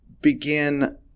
begin